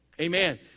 Amen